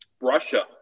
Russia